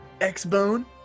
X-Bone